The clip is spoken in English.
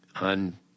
on